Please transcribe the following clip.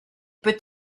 peut